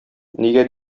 нигә